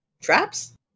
traps